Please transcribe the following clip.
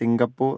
Singapore